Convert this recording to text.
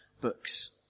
books